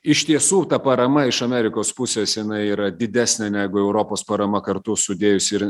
iš tiesų ta parama iš amerikos pusės jinai yra didesnė negu europos parama kartu sudėjus ir